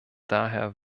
daher